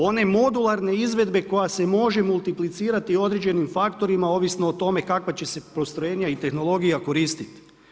One modularne izvedbe koja se može multiplicirati određenim faktorima, ovisno o tome kakva će se postrojenja i tehnologija koristiti?